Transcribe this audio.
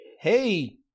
Hey